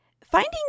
Finding